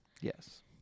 Yes